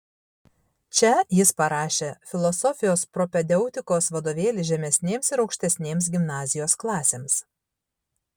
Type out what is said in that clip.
čia jis parašė filosofijos propedeutikos vadovėlį žemesnėms ir aukštesnėms gimnazijos klasėms